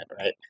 right